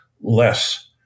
less